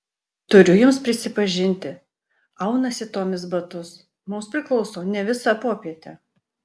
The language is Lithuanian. turiu jums prisipažinti aunasi tomis batus mums priklauso ne visa popietė